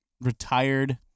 retired